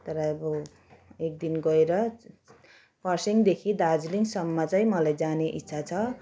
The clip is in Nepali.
तर अब एकदिन गएर कर्सियङदेखि दार्जिलिङसम्म चाहिँ मलाई जाने इच्छा छ